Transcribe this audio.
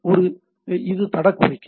அது தட கோரிக்கை